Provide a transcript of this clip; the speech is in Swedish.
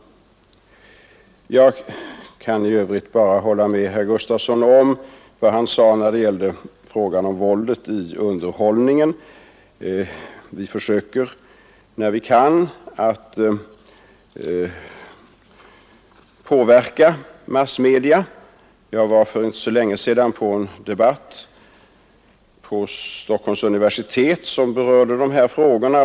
Jag kan i övrigt hålla med herr Gustavsson om vad han sade om våldet i underhållningen. När vi kan försöker vi påverka massmedia. För inte så länge sedan deltog jag i en debatt på Stockholms universitet, där dessa frågor berördes.